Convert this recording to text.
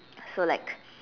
so like